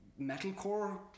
metalcore